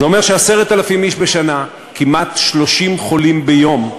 זה אומר ש-10,000 איש בשנה, כמעט 30 חולים ביום,